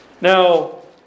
Now